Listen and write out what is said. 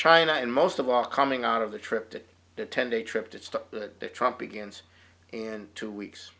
china and most of all coming out of the trip to the ten day trip to stop the trump begins in two weeks